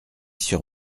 sur